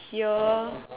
here